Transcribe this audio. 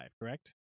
correct